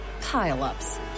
pile-ups